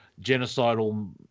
genocidal